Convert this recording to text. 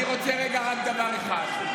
אני רוצה רגע רק דבר אחד: